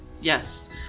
Yes